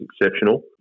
exceptional